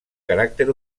caràcter